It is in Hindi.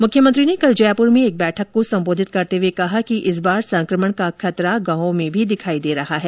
मुख्यमंत्री ने कल जयपुर में एक बैठक को संबोधित करते हुए कहा कि इस बार संक्रमण का खतरा गांवों में भी दिखाई दे रहा है